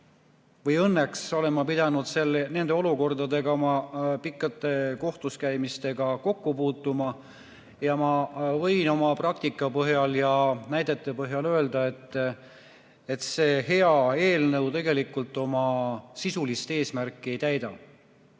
või õnneks olen ma pidanud nende olukordadega oma pikkade kohtuskäimistega kokku puutuma. Ma võin oma praktika põhjal ja näidete põhjal öelda, et see hea eelnõu tegelikult oma sisulist eesmärki ei